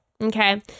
Okay